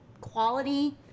quality